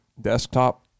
desktop